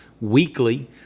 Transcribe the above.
weekly